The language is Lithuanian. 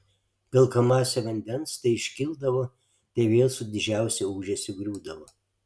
pilka masė vandens tai iškildavo tai vėl su didžiausiu ūžesiu griūdavo